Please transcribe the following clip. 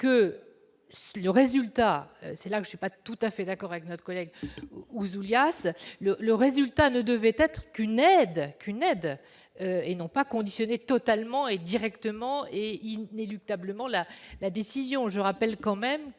le résultat, c'est là que je suis pas tout à fait d'accord avec notre collègue Ouzoulias, le résultat ne devait être qu'une aide qu'une aide et non pas conditionné totalement et directement et inéluctablement la la décision je rappelle quand même que